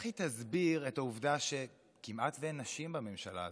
היא תסביר את העובדה שכמעט אין נשים בממשלה הזאת?